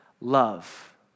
love